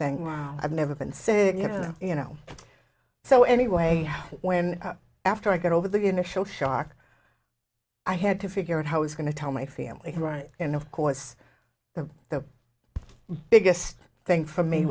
thing i've never been so you know you know so anyway when after i got over the initial shock i had to figure out how was going to tell my family right and of course the the biggest thing for me